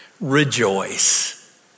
rejoice